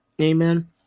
Amen